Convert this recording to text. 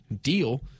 deal